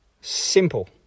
Simple